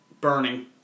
Burning